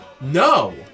No